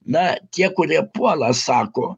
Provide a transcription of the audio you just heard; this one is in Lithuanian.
na tie kurie puola sako